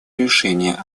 решение